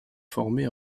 formé